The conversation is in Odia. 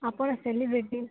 ଆପଣ ସେଲିବ୍ରେଟି